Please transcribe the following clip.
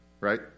right